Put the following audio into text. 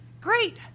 Great